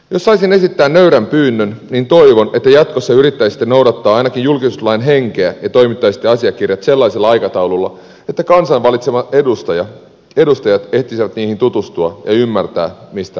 jos saisin esittää nöyrän pyynnön niin toivon että jatkossa yrittäisitte noudattaa ainakin julkisuuslain henkeä ja toimittaisitte asiakirjat sellaisella aikataululla että kansan valitsemat edustajat ehtisivät niihin tutustua ja ymmärtää mistä ovat päättämässä